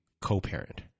co-parent